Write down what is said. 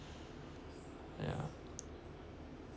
yeah